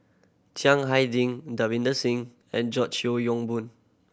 Chiang Hai Ding Davinder Singh and George Yeo Yong Boon